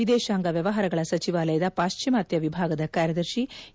ವಿದೇಶಾಂಗ ವ್ಯವಹಾರಗಳ ಸಚಿವಾಲಯದ ಪಾಶ್ಚಿಮಾತ್ಯ ವಿಭಾಗದ ಕಾರ್ಯದರ್ಶಿ ಎ